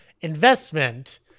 investment